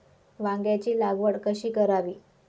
वांग्यांची लागवड कशी करावी?